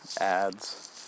ads